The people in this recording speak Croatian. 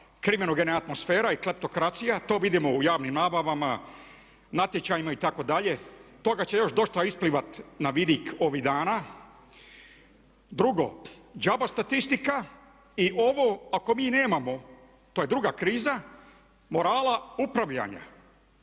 kriminogena atmosfera i kleptokracija. To vidimo u javnim nabavama, natječajima itd. Toga će još dosta isplivat na vidik ovih dana. Drugo. Đaba statistika i ovo ako mi nemamo to je druga kriza morala upravljanja.